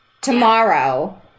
tomorrow